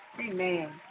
Amen